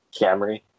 Camry